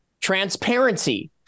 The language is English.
transparency